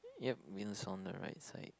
yup wheels on the right side